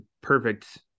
Perfect